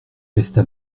resta